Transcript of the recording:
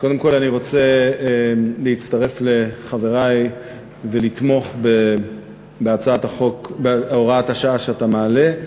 קודם כול אני רוצה להצטרף לחברי ולתמוך בהוראת השעה שאתה מעלה,